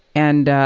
and, ah,